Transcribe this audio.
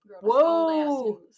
Whoa